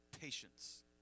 patience